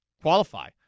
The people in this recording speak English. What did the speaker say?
qualify